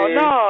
no